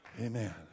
Amen